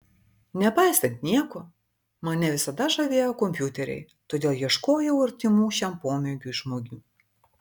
nepaisant nieko mane visada žavėjo kompiuteriai todėl ieškojau artimų šiam pomėgiui žmonių